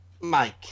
mike